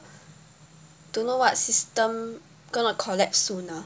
don't know what system going to collapse soon ah